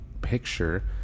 picture